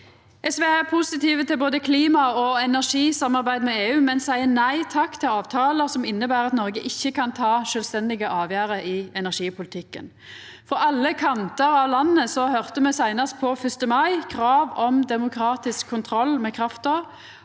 SV er positive til både klima- og energisamarbeid med EU, men seier nei takk til avtalar som inneber at Noreg ikkje kan ta sjølvstendige avgjerder i energipolitikken. Frå alle kantar av landet høyrde me seinast 1. mai krav om demokratisk kontroll med krafta,